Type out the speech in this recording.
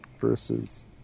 versus